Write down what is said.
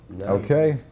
Okay